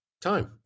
time